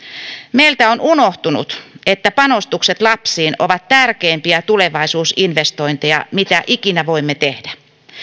meiltä on unohtunut että panostukset lapsiin ovat tärkeimpiä tulevaisuusinvestointeja mitä ikinä voimme tehdä